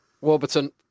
Warburton